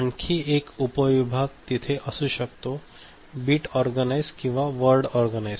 आणखी एक उपविभाग तेथे असू शकतो बिट ऑर्गनाइज्ड किंवा वर्ड ऑर्गनाइज्ड